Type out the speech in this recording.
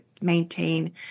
maintain